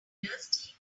soldiers